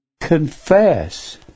confess